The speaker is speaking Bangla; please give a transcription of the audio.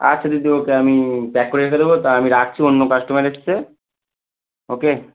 আচ্ছা দিদি ওকে আমি প্যাক করে রেখে দেবো তা আমি রাখছি অন্য কাস্টমার এসেছে ওকে